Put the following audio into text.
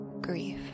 grief